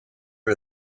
her